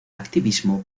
activismo